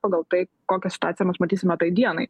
pagal tai kokią situaciją mes matysime tai dienai